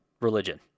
religion